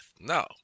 No